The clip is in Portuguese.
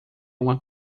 uma